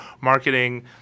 marketing